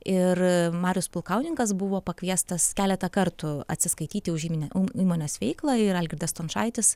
ir marius pulkauninkas buvo pakviestas keletą kartų atsiskaityti už įmonę įmonės veiklą ir algirdas stončaitis